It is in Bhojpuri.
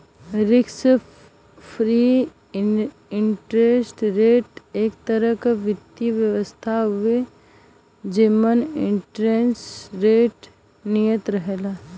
रिस्क फ्री इंटरेस्ट रेट एक तरह क वित्तीय व्यवस्था हउवे जेमन इंटरेस्ट रेट नियत रहला